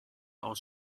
aus